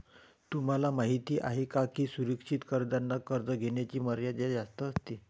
तुम्हाला माहिती आहे का की सुरक्षित कर्जांना कर्ज घेण्याची मर्यादा जास्त असते